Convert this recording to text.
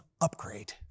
upgrade